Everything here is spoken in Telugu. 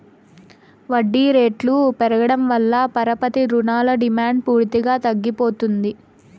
వడ్డీ రేట్లు పెరగడం వల్ల పరపతి రుణాల డిమాండ్ పూర్తిగా తగ్గిపోతుంది